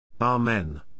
Amen